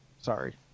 Sorry